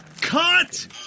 cut